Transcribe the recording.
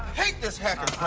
hate this hacker